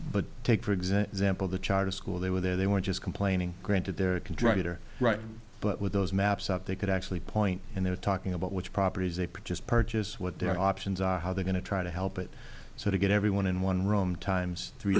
but take for example the charter school they were there they were just complaining granted their contributor right but with those maps out they could actually point and they're talking about which properties they produce purchase what their options are how they're going to try to help it so to get everyone in one room times three